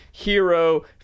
hero